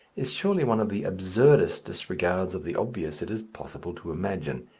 is surely one of the absurdest disregards of the obvious it is possible to imagine.